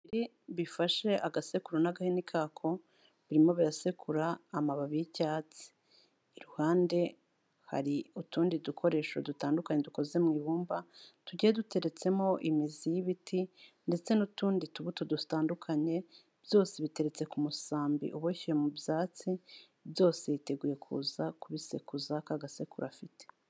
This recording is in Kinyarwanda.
Ibiganza bifashe agasekuru n'agahini kako, birimo birasekura amababi y'icyatsi. Iruhande hari utundi dukoresho dutandukanye dukoze mu ibumba, tugiye duteretsemo imizi y'ibiti ndetse n'utundi tubuto dutandukanye, byose biteretse ku musambi uboshye mu byatsi, byose yiteguye kuza kubisekuza ka gasekuru afite.